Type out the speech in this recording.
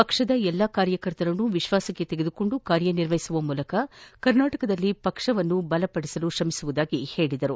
ಪಕ್ಷದ ಎಲ್ಲಾ ಕಾರ್ಯಕರ್ತರನ್ನು ವಿಶ್ವಾಸಕ್ಕೆ ತೆಗೆದುಕೊಂಡು ಕಾರ್ಯನಿರ್ವಹಿಸುವ ಮೂಲಕ ಕರ್ನಾಟಕದಲ್ಲಿ ಪಕ್ಷವನ್ನು ಬಲಪಡಿಸಲು ಶ್ರಮಿಸುವುದಾಗಿ ಹೇಳಿದರು